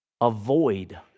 Avoid